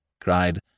cried